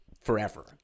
forever